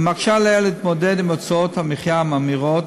ומקשה עליה להתמודד עם הוצאות המחיה המאמירות,